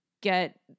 get